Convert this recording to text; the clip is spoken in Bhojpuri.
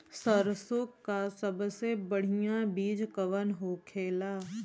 सरसों का सबसे बढ़ियां बीज कवन होखेला?